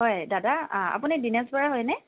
হয় দাদা আপুনি দীনেশ বৰা হয়নে